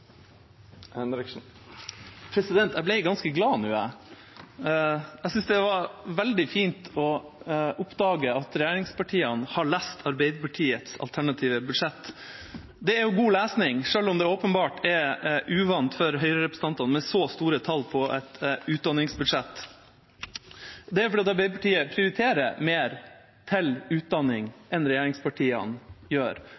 Jeg ble ganske glad nå, jeg. Jeg synes det var veldig fint å oppdage at regjeringspartiene har lest Arbeiderpartiets alternative budsjett. Det er jo god lesning, selv om det åpenbart er uvant for Høyre-representantene med så store tall på et utdanningsbudsjett. Det er fordi Arbeiderpartiet prioriterer mer til utdanning enn regjeringspartiene gjør.